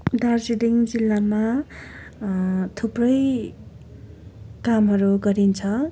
दार्जिलिङ जिल्लामा थुप्रै कामहरू गरिन्छ